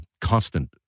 constant